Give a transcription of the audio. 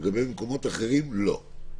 ולגבי מקומות אחרים לא.